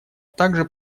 также